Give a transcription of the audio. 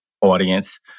audience